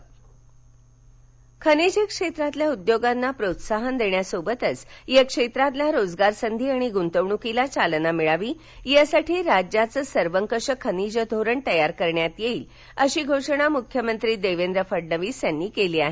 मख्यमंत्री खनिज क्षेत्रातील उद्योगांना प्रोत्साहन देण्यासोबतच या क्षेत्रातील रोजगार संधी आणि गुंतवणुकीला चालना मिळावी यासाठी राज्याचं सर्वकष खनिज धोरण तयार करण्यात येईल अशी घोषणा मुख्यमंत्री देवेंद्र फडणवीस यांनी केली आहे